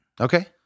Okay